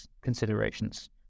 considerations